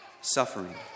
suffering